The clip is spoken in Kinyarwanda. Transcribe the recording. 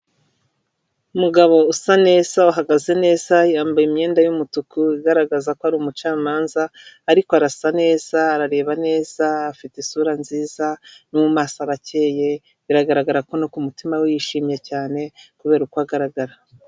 Umugabo usa neza uhagaze neza yambaye imyenda y'umutuku igaragaza ko ari umucamanza, ariko arasa neza arareba neza afite isura nziza, no mumaso arakeye biragaragara ko kumutima we wishimye cyane, kubera uko agaragara.